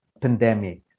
pandemic